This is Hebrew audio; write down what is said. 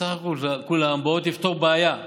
בסך הכול כולן באות לפתור בעיה שנוצרה.